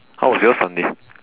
how was your sunday